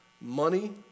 money